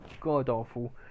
god-awful